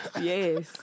Yes